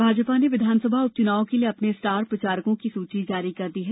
star प्रचारक भाजपा ने विधानसभा उपचुनाव के लिए अपने स्टार प्रचारकों की सूची जारी कर दी है